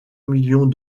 millions